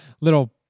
Little